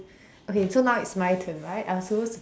okay so now it's my turn right I'm supposed to think